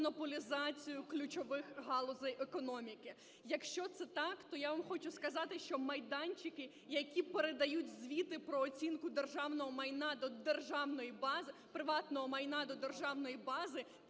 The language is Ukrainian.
демонополізацію ключових галузей економіки. Якщо це так, то я вам хочу сказати, що майданчики, які передають звіти про оцінку державного майна до державної бази… приватного майна до державної бази,